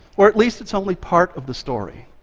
or at least it's only part of the story.